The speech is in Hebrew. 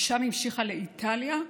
משם המשיכה לאיטליה,